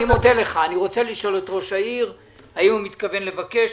את ראש העיר האם הוא מתכוון לבקש.